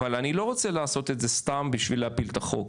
אבל אני לא רוצה להגיד את זה סתם בשביל להפיל את החוק.